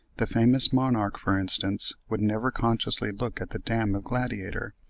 the famous monarque, for instance, would never consciously look at the dam of gladiateur,